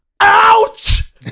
Ouch